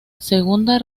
segunda